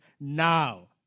now